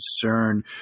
concern